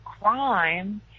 crime